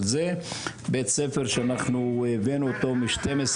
בית ספר שאנחנו הבאנו אותו משנים עשר